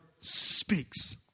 speaks